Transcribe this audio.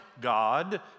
God